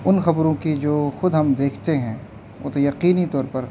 ان خبروں کی جو خود ہم دیکھتے ہیں وہ تو یقینی طور پر